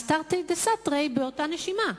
אז תרתי דסתרי באותה נשימה.